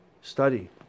Study